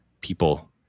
people